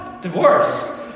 Divorce